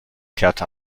kehrte